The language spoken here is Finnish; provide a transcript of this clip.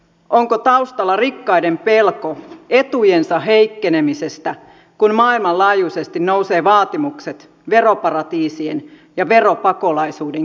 onko taustalla rikkaiden pelko etujensa heikkenemisestä kun maailmanlaajuisesti nousee vaatimuksia veroparatiisien ja veropakolaisuuden kitkemiseksi